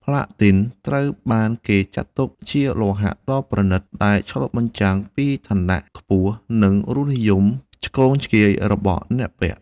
ផ្លាទីនត្រូវបានគេចាត់ទុកជាលោហៈដ៏ប្រណិត ដែលឆ្លុះបញ្ចាំងពីឋានៈខ្ពស់ និងរសនិយមឆ្គងឆ្គាយរបស់អ្នកពាក់។